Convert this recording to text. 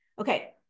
Okay